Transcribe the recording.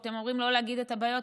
אתם אומרים לא להגיד את הבעיות,